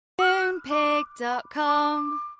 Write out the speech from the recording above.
Moonpig.com